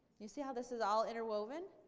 you see how this is all interwoven.